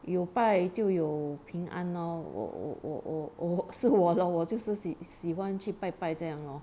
有拜就有平安喔我我我我 是我喔我就是喜欢去拜拜这样咯